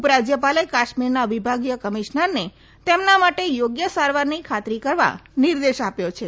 ઉપરાજ્યપાલે કાશ્મીરના વિભાગીય કમિશનરને તેમના માટે યોગ્ય સારવારની ખાતરી કરવા નિર્દેશ આપ્યો છે